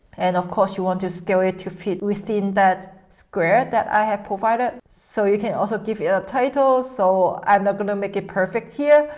and of course, you want to scale it to fit within that square that i have provided. so you can also give it a title. so i'm not going to make it perfect here,